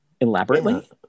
Elaborately